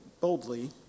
boldly